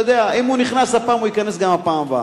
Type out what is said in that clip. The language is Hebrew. אם הוא נכנס הפעם, הוא ייכנס גם בפעם הבאה.